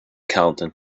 counting